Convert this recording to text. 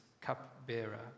cup-bearer